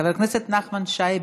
חבר הכנסת נחמן שי,